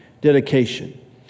Dedication